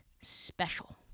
special